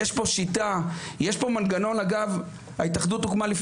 יושב פה אבי, שמלווה